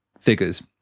figures